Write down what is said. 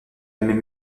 même